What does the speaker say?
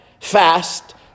fast